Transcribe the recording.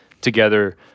together